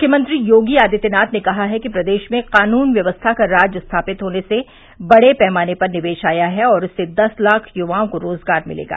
मुख्यमंत्री योगी आदित्यनाथ ने कहा है कि प्रदेश में कानून व्यवस्था का राज स्थापित होने से बड़े पैमाने पर निवेश आया है और उससे दस लाख युवाओं को रोजगार मिलेगा